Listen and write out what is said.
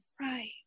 Right